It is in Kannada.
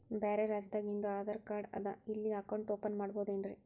ಬ್ಯಾರೆ ರಾಜ್ಯಾದಾಗಿಂದು ಆಧಾರ್ ಕಾರ್ಡ್ ಅದಾ ಇಲ್ಲಿ ಅಕೌಂಟ್ ಓಪನ್ ಮಾಡಬೋದೇನ್ರಿ?